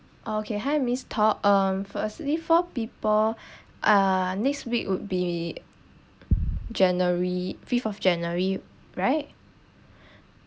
okay hi miss tok um firstly four people ah next week would be january fifth of january right